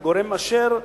כגורם מאשר,